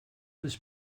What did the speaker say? was